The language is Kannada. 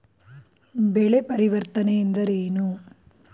ಬೆಳೆ ಪರಿವರ್ತನೆ ಎಂದರೇನು?